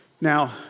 Now